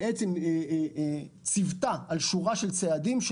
שציוותה על שורת צעדים,